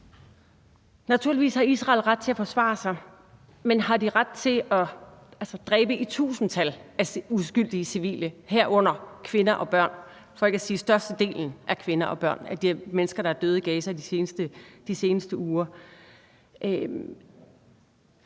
Naturligvis har Israel ret til at forsvare sig. Men har de ret til at dræbe i tusindtal af uskyldige civile, herunder kvinder og børn – for ikke at sige, at størstedelen af de mennesker, der er døde i Gaza de seneste uger,